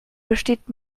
besteht